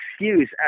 excuse